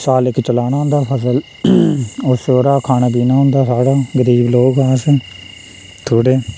साल इक चलाना होंदा फसल अस ओह्दा खाना पीना होंदा साढ़ै गरीब लोक ऐ अस थोह्ड़े